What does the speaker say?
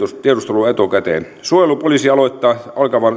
tiedustelua etukäteen suojelupoliisi aloittaa